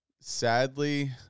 sadly